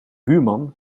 buurman